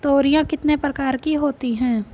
तोरियां कितने प्रकार की होती हैं?